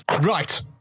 right